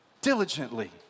diligently